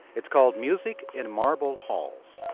it's called music in marble halls.